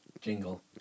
Jingle